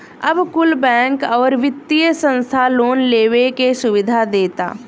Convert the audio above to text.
अब कुल बैंक, अउरी वित्तिय संस्था लोन लेवे के सुविधा देता